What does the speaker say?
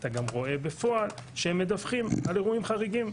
אתה גם רואה בפועל שהם מדווחים על אירועים חריגים.